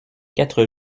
quatre